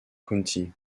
county